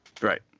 right